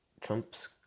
Trump's